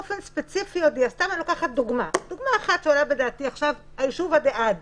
אני לוקחת דוגמה שעולה בדעתי, ישוב עדי עד.